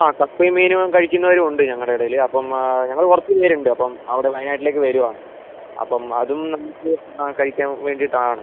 ആ കപ്പയും മീനും കഴിക്കുന്നവരും ഉണ്ട് ഞങ്ങളുടെ ഇടയിൽ അപ്പം ഞങ്ങൾ കുറച്ച് പേരുണ്ട് അപ്പം അവിടെ വയനാട്ടിലേക്ക് വരുവാണ് അപ്പം അതും നമുക്ക് കഴിക്കാൻ വേണ്ടിയിട്ടാണ്